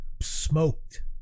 smoked